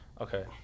okay